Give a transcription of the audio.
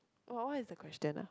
what what is the question ah